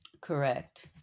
Correct